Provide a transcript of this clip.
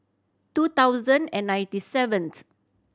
two thousand and ninety seventh